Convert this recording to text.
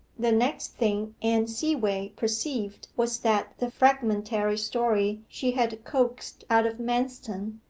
the next thing anne seaway perceived was that the fragmentary story she had coaxed out of manston,